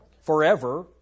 Forever